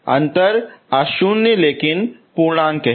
अंतर non zero लेकिन पूर्णांक है